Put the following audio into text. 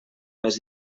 més